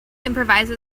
improvise